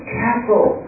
castle